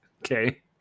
okay